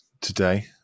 today